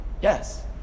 Yes